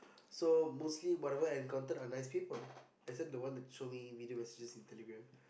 so mostly whatever I've encountered are nice people except the one that show me video messages in Telegram